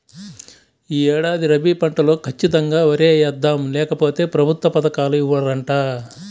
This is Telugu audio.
యీ ఏడాది రబీ పంటలో ఖచ్చితంగా వరే యేద్దాం, లేకపోతె ప్రభుత్వ పథకాలు ఇవ్వరంట